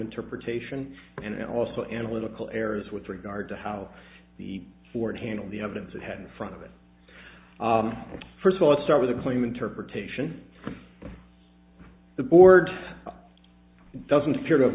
interpretation and also analytical errors with regard to how the ford handled the evidence it had in front of it first of all start with a claim interpretation from the board doesn't appear